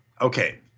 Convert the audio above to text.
Okay